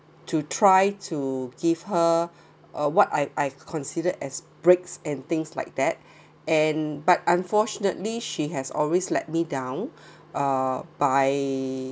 to try to give her uh what I I considered as breaks and things like that and but unfortunately she has always let me down uh by